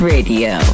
Radio